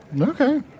Okay